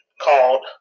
called